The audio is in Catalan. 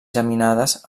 geminades